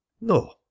no